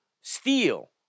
steal